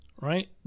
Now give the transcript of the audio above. right